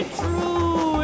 true